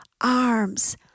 arms